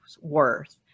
worth